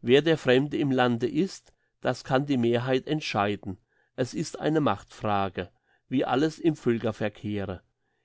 wer der fremde im lande ist das kann die mehrheit entscheiden es ist eine machtfrage wie alles im völkerverkehre